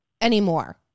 anymore